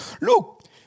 look